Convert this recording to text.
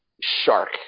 shark